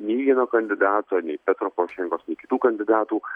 nei vieno kandidato nei petro porošenkos nei kitų kandidatų